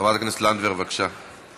חברת הכנסת לנדבר, בבקשה.